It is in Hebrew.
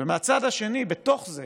ומהצד השני, בתוך זה,